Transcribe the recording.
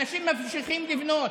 אנשים ממשיכים לבנות.